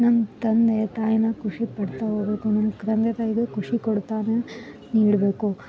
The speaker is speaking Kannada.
ನನ್ನ ತಂದೆ ತಾಯಿನ ಖುಷಿ ಪಡ್ತಾ ಹೋಗ್ಬೇಕು ನನ್ನ ತಂದೆ ತಾಯಿಗು ಖುಷಿ ಕೊಡ್ತಾನೆ ನೀಡಬೇಕು